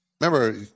remember